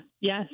Yes